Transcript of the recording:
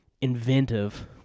inventive